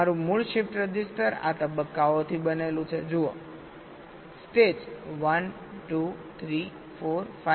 મારું મૂળ shift register આ તબક્કાઓથી બનેલું છે જુઓ સ્ટેજ 1 2 3 4 5 અને આજ રીતે 6